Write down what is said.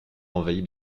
envahit